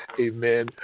amen